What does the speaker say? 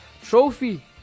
trophy